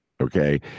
Okay